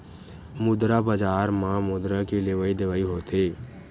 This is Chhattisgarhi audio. मुद्रा बजार म मुद्रा के लेवइ देवइ होथे